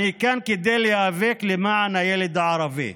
אני כאן כדי להיאבק למען הילד הערבי,